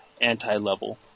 anti-level